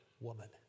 woman